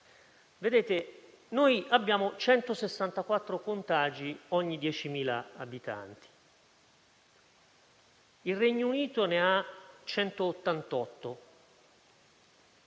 gratuiti. Abbiamo 164 contagi ogni 10.000 abitanti; il Regno Unito ne ha 188,